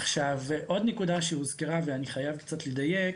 עכשיו, עוד נקודה שהוזכרה ואני חייב קצת לדייק